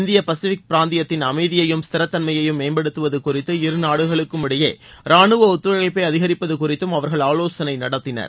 இந்திய பசிபிக் பிராந்தியத்தின் அமைதியையும் ஸ்திரத்தன்மையையும் மேம்படுத்துவது குறித்தும் இருநாடுகளுக்கும் இடையே ராணுவ ஒத்துழைப்பை அதிகிப்பது குறித்தும் அவர்கள் ஆலோசனை நடத்தினர்